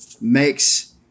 makes